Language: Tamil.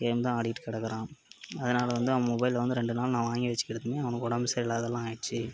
கேம் தான் ஆடிகிட்டு கிடக்கறான் அதனால் வந்து அவன் மொபைல் வந்து ரெண்டு நாள் நான் வாங்கி வெச்சுக்கிட்டதுமே அவனுக்கு உடம்பு சரியில்லாதலாக ஆகிட்ச்சி